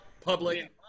public